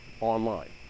online